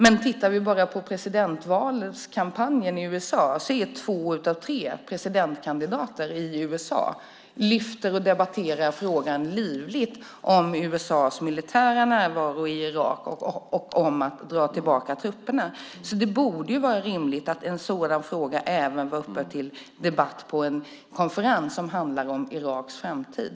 Men i presidentvalskampanjen i USA är det två av tre presidentkandidater som livligt debatterar frågan om USA:s militära närvaro i Irak och om att dra tillbaka trupperna. Det borde vara rimligt att en sådan fråga även var uppe till debatt på en konferens som handlar om Iraks framtid.